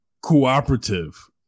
cooperative